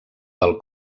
del